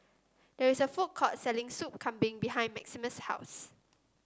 there is a food court selling Soup Kambing behind Maximus' house